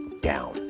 down